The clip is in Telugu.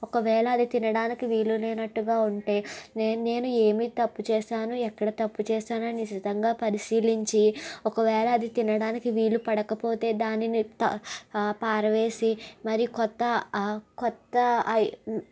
ఒకవేళ అది తినడానికి వీలు లేనట్టుగా ఉంటే నేన్ నేను ఏమి తప్పు చేశాను ఎక్కడ తప్పు చేశాను అని నిశితంగా పరిశీలించి ఒకవేళ అది తినడానికి వీలు పడకపోతే దానిని త ఆ పారవేసి మరి కొత్త ఆ కొత్త ఐ